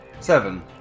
Seven